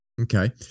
Okay